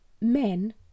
men